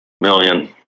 million